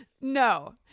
No